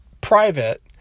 private